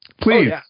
Please